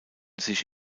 sich